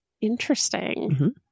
Interesting